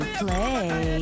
play